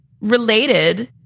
related